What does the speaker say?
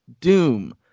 doom